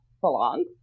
belong